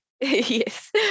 Yes